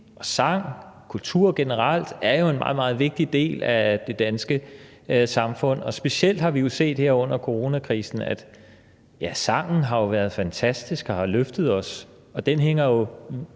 sang og kultur generelt er jo en meget, meget vigtig del af det danske samfund, og specielt har vi jo set her under coronakrisen, at sangen har været fantastisk og har løftet os. Den hænger jo